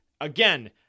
again